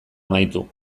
amaitu